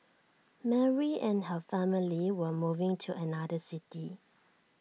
Mary and her family were moving to another city